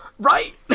Right